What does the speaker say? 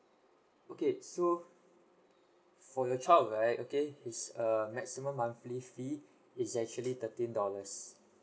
okay so for your child right okay his err maximum monthly fee is actually thirteen dollars